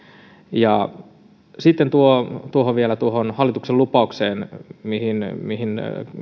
sitten vielä tuohon hallituksen lupaukseen mistä